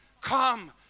Come